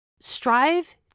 Strive